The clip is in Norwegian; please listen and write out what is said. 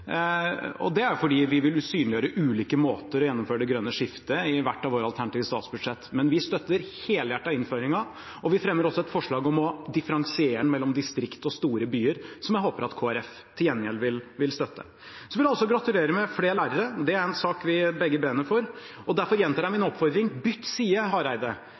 og det er fordi vi vil synliggjøre ulike måter å gjennomføre det grønne skiftet på i hvert av våre alternative statsbudsjett. Men vi støtter helhjertet innføringen, og vi fremmer også et forslag om å differensiere mellom distrikt og store byer, som jeg håper Kristelig Folkeparti til gjengjeld vil støtte. Så vil jeg også gratulere med flere lærere. Det er en sak vi begge brenner for, og derfor gjentar jeg min oppfordring: Bytt side, Hareide!